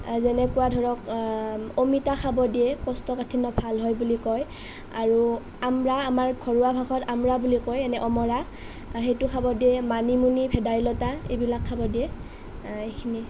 যেনেকুৱা ধৰক অমিতা খাব দিয়ে কোষ্ঠকাঠিন্য ভাল হয় বুলি কয় আৰু আম্ৰা আমাৰ ঘৰুৱা ভাষাত আম্ৰা বুলি কয় এনেই অমৰা সেইটো খাব দিয়ে মানিমুনি ভেদাইলতা এইবিলাক খাব দিয়ে এইখিনি